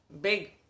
big